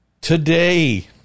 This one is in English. today